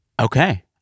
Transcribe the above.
Okay